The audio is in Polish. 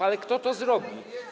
Ale kto to zrobi?